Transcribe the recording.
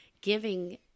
giving